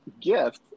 gift